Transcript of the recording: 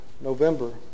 November